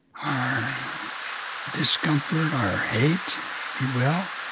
our discomfort, our hate, if you will,